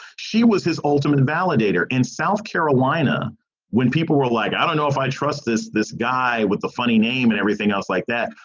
she was his ultimate validator in south carolina when people were like, i don't know if i trust this, this guy with the funny name and everything else like that.